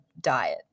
diet